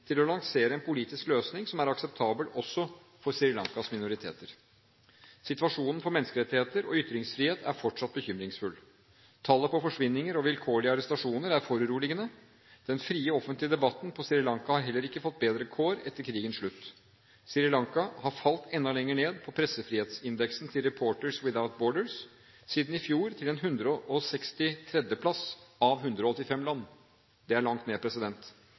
til å lansere en politisk løsning som er akseptabel også for Sri Lankas minoriteter. Situasjonen for menneskerettigheter og ytringsfrihet er fortsatt bekymringsfull. Tallet på forsvinninger og vilkårlige arrestasjoner er foruroligende. Den frie, offentlige debatten på Sri Lanka har heller ikke fått bedre kår etter krigens slutt. Sri Lanka har falt enda lenger ned på pressefrihetsindeksen til Reporters Without Borders siden i fjor, til en 163. plass av 185 land. Det er langt ned.